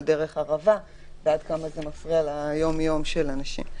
דרך מעבר ערבה ועד כמה זה מפריע ליום-יום של אנשים.